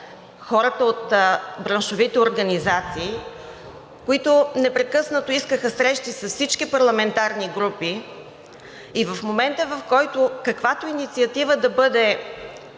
хората от браншовите организации, които непрекъснато искаха срещи с всички парламентарни групи и в момента, в който да не бъде